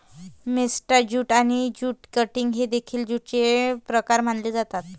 मेस्टा jute आणि jute cutting हे देखील ज्यूटचे प्रकार मानले जातात